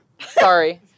Sorry